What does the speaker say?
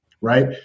right